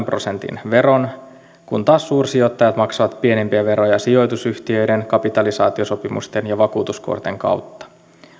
prosentin veron kun taas suursijoittajat maksavat pienempiä veroja sijoitusyhtiöiden kapitalisaatiosopimusten ja vakuutuskuorten kautta